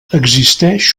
existeix